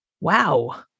Wow